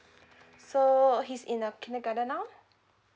so he's in a kindergarten now